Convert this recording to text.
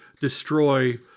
destroy